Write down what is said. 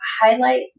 highlights